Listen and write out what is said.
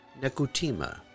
Nekutima